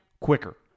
quicker